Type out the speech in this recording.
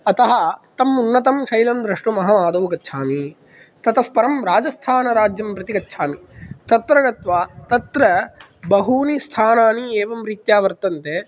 अतः तम् उन्नतं शैलं द्रष्टुम् अहम् आदौ गच्छामि ततःपरं राजस्थानराज्यं प्रति गच्छामि तत्र गत्वा तत्र बहूनि स्थानानि एवं रीत्या वर्तन्ते